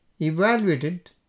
evaluated